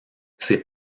ses